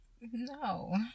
No